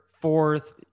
fourth